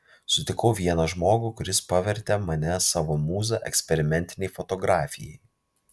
sutikau vieną žmogų kuris pavertė mane savo mūza eksperimentinei fotografijai